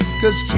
cause